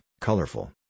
colorful